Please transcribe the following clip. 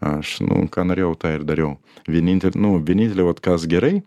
aš nu ką norėjau tą ir dariau vienintel nu vienintelį vat kas gerai